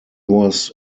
was